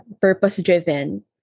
purpose-driven